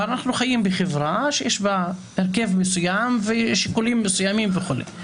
אנחנו חיים בחברה שיש בה הרכב מסוים ושיקולים מסוימים וכולי.